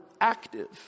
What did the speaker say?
active